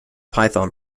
python